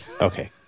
Okay